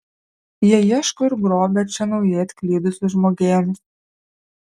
jie ieško ir grobia čia naujai atklydusius žmogėnus